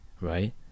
right